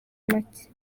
make